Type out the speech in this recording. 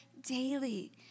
daily